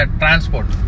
transport